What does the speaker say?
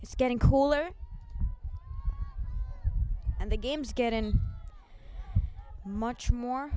it's getting cooler and the games get in much more